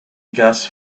gas